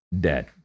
dead